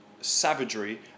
savagery